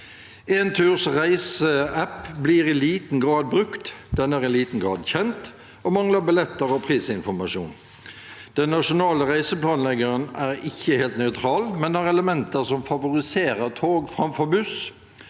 Enturs reiseapp blir i liten grad brukt. Den er i liten grad kjent og mangler billetter og prisinformasjon. – Den nasjonale reiseplanleggeren er ikke helt nøytral, men har elementer som favoriserer tog framfor buss.